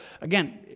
again